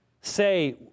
Say